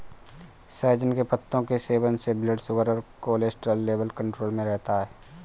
सहजन के पत्तों के सेवन से ब्लड शुगर और कोलेस्ट्रॉल लेवल कंट्रोल में रहता है